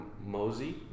Mosey